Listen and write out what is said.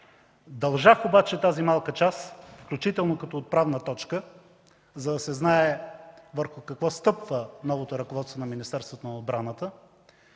Дължах обаче тази малка част, включително като отправна точка, за да се знае върху какво стъпва новото ръководство на Министерството на отбраната,